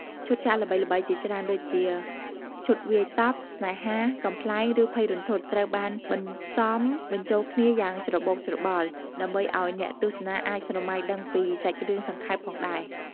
ឈុតឆាកល្បីៗជាច្រើនដូចជា ឈុតវាយតប់ ស្នេហា កំប្លែង ឬភ័យរន្ធត់ ត្រូវបានបន្សំបញ្ចូលគ្នាយ៉ាងច្របូកច្របល់ ដើម្បីឱ្យអ្នកទស្សនាអាចស្រមៃដឹងពីសាច់រឿងសង្ខេបផងដែរ ។